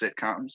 sitcoms